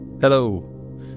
Hello